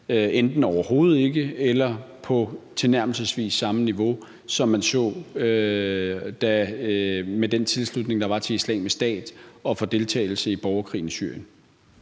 enten overhovedet ikke eller ikke på tilnærmelsesvis samme niveau, som man så med den tilslutning, der var til Islamisk Stat og til deltagelse i borgerkrigen i Syrien.